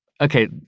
okay